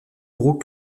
gros